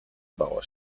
bała